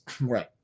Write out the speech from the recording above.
right